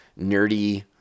nerdy